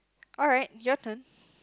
alright your turn